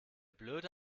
blöde